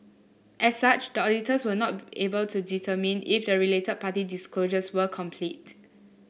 as such the auditors were not able to determine if the related party disclosures were complete